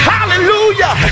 Hallelujah